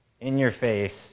in-your-face